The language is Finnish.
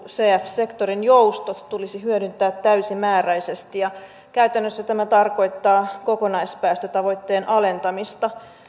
sektorin joustot tulisi hyödyntää täysimääräisesti ja käytännössä tämä tarkoittaa kokonaispäästötavoitteen alentamista